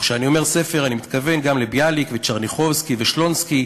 וכשאני אומר ספר אני מתכוון גם לביאליק וטשרניחובסקי ושלונסקי,